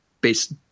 based